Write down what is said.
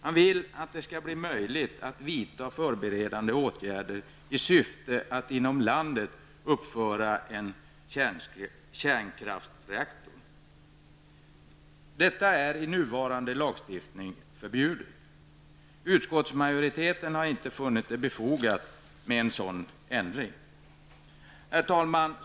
De vill att det skall bli möjligt att vidta förberedande åtgärder i syfte att inom landet uppföra en kärnkraftsreaktor. Detta är enligt nuvarande lagstiftning förbjudet. Utskottsmajoriteten har inte funnit det befogat med en sådan ändring. Herr talman!